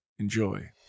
Enjoy